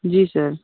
जी sir